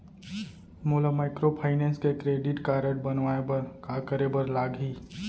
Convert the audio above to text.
मोला माइक्रोफाइनेंस के credit card बनवाए बर का करे बर लागही?